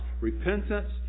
Repentance